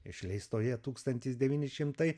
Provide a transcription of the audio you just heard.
išleistoje tūkstantis devyni šimtai